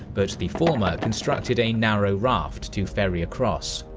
but the former constructed a narrow raft to ferry across.